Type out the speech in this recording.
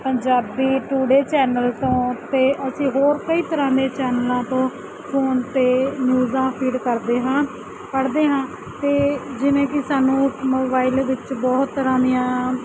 Punjab today channel ਤੋਂ ਅਤੇ ਅਸੀਂ ਹੋਰ ਕਈ ਤਰ੍ਹਾਂ ਦੇ ਚੈਨਲਾਂ ਤੋਂ ਫੋਨ 'ਤੇ ਨਿਊਜ਼ਾਂ ਫੀਡ ਕਰਦੇ ਹਾਂ ਪੜ੍ਹਦੇ ਹਾਂ ਅਤੇ ਜਿਵੇਂ ਕਿ ਸਾਨੂੰ ਮੋਬਾਈਲ ਵਿੱਚ ਬਹੁਤ ਤਰ੍ਹਾਂ ਦੀਆਂ